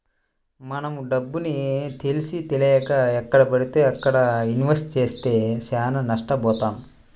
మనం డబ్బుని తెలిసీతెలియక ఎక్కడబడితే అక్కడ ఇన్వెస్ట్ చేస్తే చానా నష్టబోతాం